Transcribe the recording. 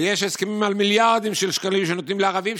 ויש הסכמים על מיליארדים של שקלים שנותנים לערבים,